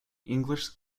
english